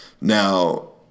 Now